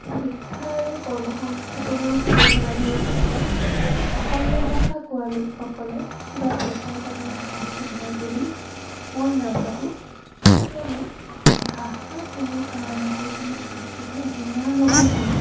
শিক্ষা আৰু কৰ্মসংস্থাপনৰ সুবিধা লাভৰ ক্ষেত্ৰত অসমীয়া ভাষা কোৱা লোকসকলে কিবা প্ৰত্যাহ্বানৰ সন্মুখীন হয় বুলি মই নাভাবোঁ কিয়নো ভাষা কোনো কাৰণতে কোনো ক্ষেত্ৰতে হেঙাৰ হ'ব নোৱাৰে